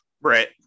right